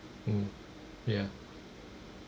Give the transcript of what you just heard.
mm ya